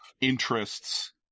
interests